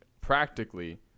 practically